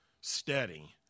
steady